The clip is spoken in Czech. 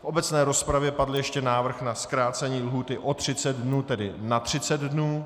V obecné rozpravě padl ještě návrh na zkrácení lhůty o třicet dnů, tedy na třicet dnů.